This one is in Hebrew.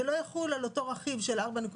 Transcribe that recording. זה לא יחול על אותו רכיב של 4.6%,